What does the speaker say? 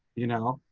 you know,